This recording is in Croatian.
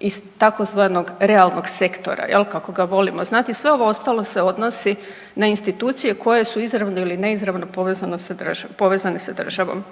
iz tzv. realnog sektora jel kako ga volimo zvati, sve ovo ostalo se odnosi na institucije koje su izravno ili neizravno povezane sa državom.